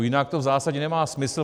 Jinak to v zásadě nemá smysl.